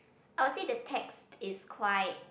I'll say the text is quite